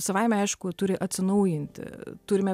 savaime aišku turi atsinaujinti turime